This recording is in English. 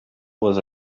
was